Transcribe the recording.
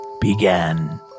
began